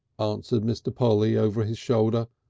answered mr. polly over his shoulder,